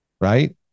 right